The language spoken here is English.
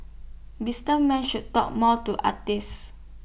businessmen should talk more to artists